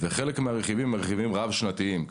חלק מהרכיבים הם רכיבים רב שנתיים,